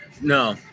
no